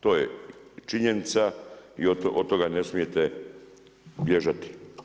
To je činjenica i od toga ne smijete bježati.